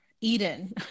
Eden